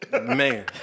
man